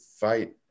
fight